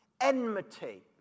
enmity